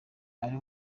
ari